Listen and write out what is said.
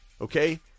okay